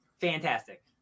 Fantastic